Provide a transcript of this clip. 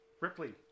Ripley